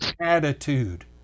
attitude